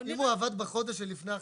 אם הוא עבד בחודש שלפני החג,